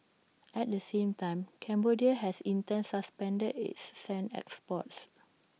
at the same time Cambodia has in turn suspended its sand exports